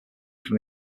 from